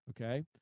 okay